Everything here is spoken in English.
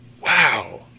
Wow